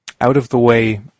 out-of-the-way